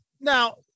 now